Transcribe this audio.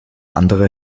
andere